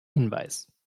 hinweis